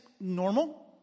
normal